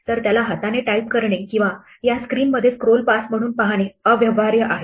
तर त्याला हाताने टाइप करणे किंवा या स्क्रीनमध्ये स्क्रोल पास म्हणून पाहणे अव्यवहार्य आहे